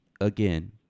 again